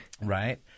Right